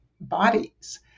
bodies